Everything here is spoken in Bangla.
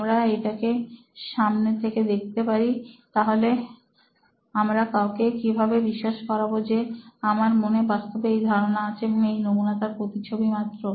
আমরা এটাকে সামনে থেকে দেখতে পারি তাহলে আমরা কাউকে কিভাবে বিশ্বাস করাব যে আমার মনে বাস্তবে এই ধারণা আছে এবং এই নমুনাটা তার প্রতিচ্ছবি মাত্র